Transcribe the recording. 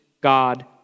God